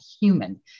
human